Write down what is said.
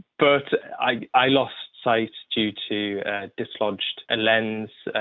but i i lost sight due to a dislodged and lens,